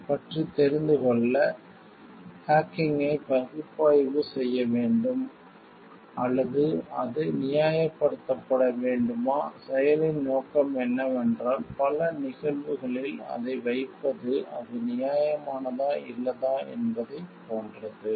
அதை பற்றி தெரிந்து கொள்ள ஹேக்கிங்கை பகுப்பாய்வு செய்ய வேண்டும் அல்லது அது நியாயப்படுத்தப்பட வேண்டுமா செயலின் நோக்கம் என்னவென்றால் பல நிகழ்வுகளில் அதை வைப்பது அது நியாயமானதா இல்லையா என்பதைப் போன்றது